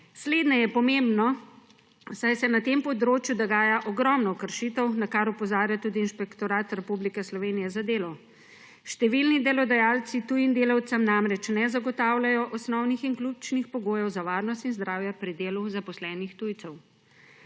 Slednje je pomembno, saj se na tem področju dogaja ogromno kršitev, na kar opozarja tudi Inšpektorat Republike Slovenije za delo. Številni delodajalci tujim delavcem namreč ne zagotavljajo osnovnih in ključnih pogojev za varnost in zdravje pri delu zaposlenih tujcev.